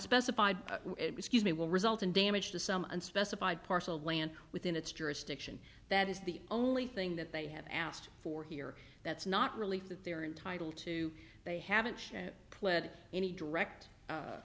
specified excuse me will result in damage to some unspecified parcel of land within its jurisdiction that is the only thing that they have asked for here that's not relief that they are entitled to they haven't pled any direct